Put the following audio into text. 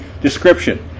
Description